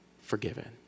forgiven